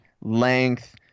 length